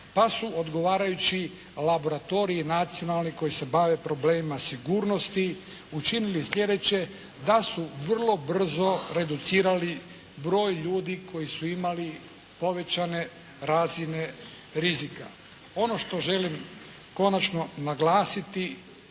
pa su odgovarajući laboratoriji nacionalni koji se bave problemima sigurnosti učinili sljedeće da su vrlo brzo reducirali broj ljudi koji su imali povećane razine rizika. Ono što želim konačno naglasiti,